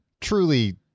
Truly